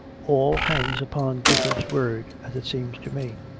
all hangs upon gifford's word, as it seems to me.